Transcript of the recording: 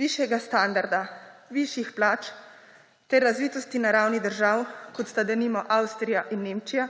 Višjega standarda, višjih plač ter razvitosti na ravni držav, kot sta, denimo, Avstrija in Nemčija,